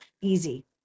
easy